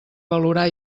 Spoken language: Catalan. valorar